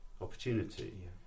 opportunity